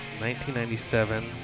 1997